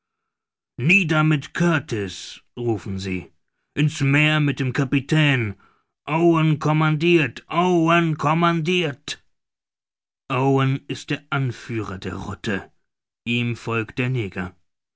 nieder mit kurtis rufen sie in's meer mit dem kapitän owen commandirt owen commandirt owen ist der anführer der rotte ihm folgt der neger